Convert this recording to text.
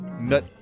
Nut